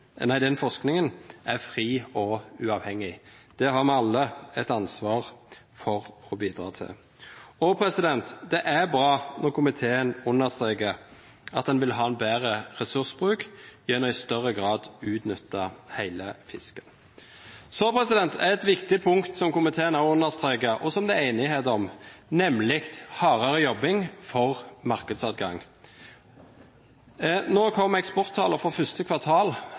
forskningen er fri og uavhengig. Det har vi alle et ansvar for å bidra til. Og det er bra at komiteen understreker at en vil ha en bedre ressursbruk gjennom i større grad å utnytte hele fisken. Så er det et viktig punkt som komiteen har understreket, og som det er enighet om, nemlig hardere jobbing for markedsadgang. Nå kom eksporttallene for første kvartal.